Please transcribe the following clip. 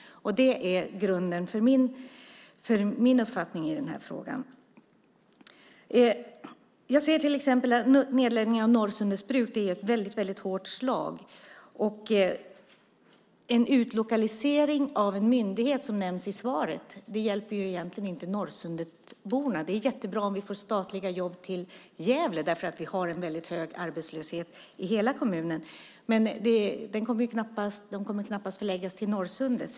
Det är grunden för min uppfattning i den här frågan. Nedläggningen av Norrsundets bruk är ett väldigt hårt slag. En utlokalisering av en myndighet, som nämns i svaret, hjälper egentligen inte Norrsundetborna. Det är jättebra om vi får statliga jobb i Gävle därför att vi har en väldigt hög arbetslöshet i hela kommunen. Men de kommer knappast att förläggas till Norrsundet.